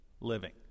living